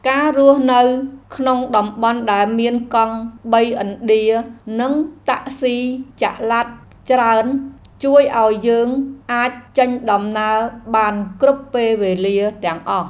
ការរស់នៅក្នុងតំបន់ដែលមានកង់បីឥណ្ឌានិងតាក់ស៊ីចល័តច្រើនជួយឱ្យយើងអាចចេញដំណើរបានគ្រប់ពេលវេលាទាំងអស់។